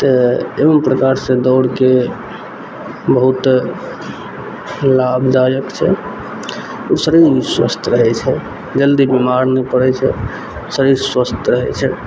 तऽ एवम प्रकारसँ दौड़के बहुत लाभदायक छै उ शरीर भी स्वस्थ रहय छै जल्दी बीमार नहि पड़य छै शरीर स्वस्थ रहय छै